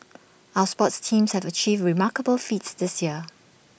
our sports teams have achieved remarkable feats this year